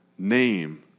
name